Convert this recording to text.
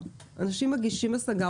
אנשים מגישים השגה,